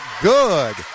Good